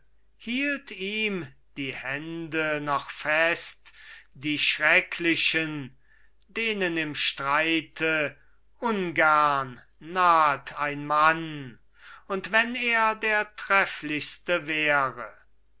hielt ihm die hände noch fest die schrecklichen denen im streite ungern nahet ein mann und wenn er der trefflichste wäre